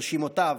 ברשימותיו,